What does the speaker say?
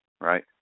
right